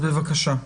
בבקשה.